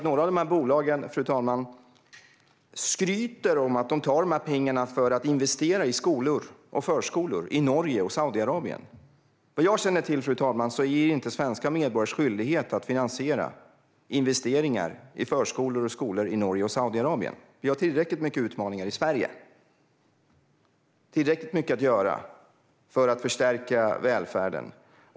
Några av de här bolagen skryter till och med om att de tar de här pengarna för att investera i skolor och förskolor i Norge och Saudiarabien. Vad jag känner till, fru talman, är det inte svenska medborgares skyldighet att finansiera investeringar i förskolor och skolor i Norge och Saudiarabien. Vi har tillräckligt mycket utmaningar i Sverige. Vi har tillräckligt mycket att göra med att förstärka välfärden.